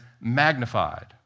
magnified